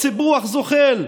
סיפוח זוחל,